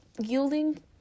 yielding